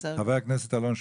חבר הכנסת אלון שוסטר,